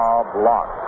block